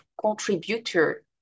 contributor